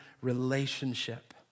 relationship